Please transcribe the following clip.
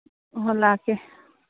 ꯑꯣ ꯂꯥꯛꯀꯦ